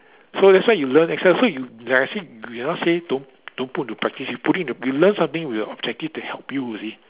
so that's why you learn Excel so you like I say say don't don't put in practice you put in you learn something with a objective to help you you see